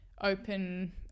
open